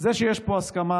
זה שיש פה הסכמה